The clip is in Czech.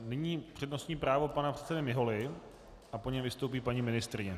Nyní přednostní právo pana předsedy Miholy a po něm vystoupí paní ministryně.